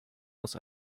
muss